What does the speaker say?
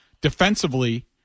Defensively